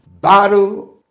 battle